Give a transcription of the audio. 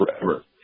forever